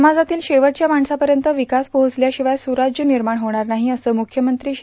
समाजातील शेवटच्या माणसांपर्यंत विकास पोहोवल्याशिवाय सुराज्य निर्माण होणार नाही असं मुख्यमंत्री श्री